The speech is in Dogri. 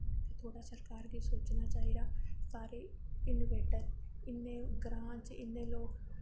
ते थोह्ड़ा सरकार गी सोचना चाहिदा सारे इन्वेटर इ'न्ने ग्रांऽ च इ'न्ने लोक